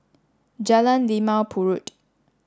Jalan Limau Purut